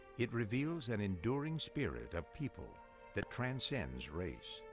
it reveals an enduring spirit of people that transcends race.